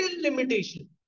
limitation